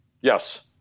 Yes